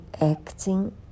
acting